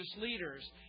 leaders